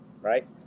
right